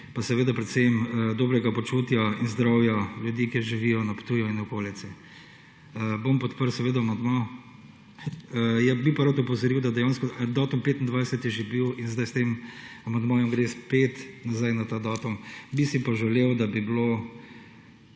pa seveda predvsem dobrega počutja in zdravja ljudi, ki živijo na Ptuju in v okolici. Bom podprl seveda amandma, bi pa rad opozoril, da dejansko datum 25. je že bil in zdaj s tem amandmajem gre spet nazaj na ta datum, bi si pa želel, da bi bilo